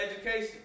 education